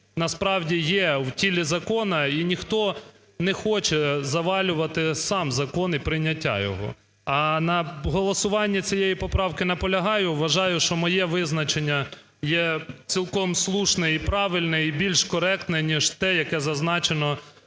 насправді є у тілі закону, і ніхто не хоче завалювати сам закон і прийняття його. А на голосування цієї поправки наполягаю. Вважаю, що моє визначення є цілком слушне і правильне, і більш коректне ніж те, яке зазначено в